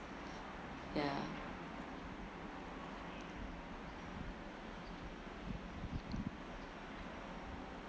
yeah